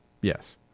Yes